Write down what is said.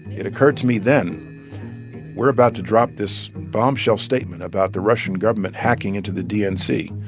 it occurred to me then we're about to drop this bombshell statement about the russian government hacking into the dnc.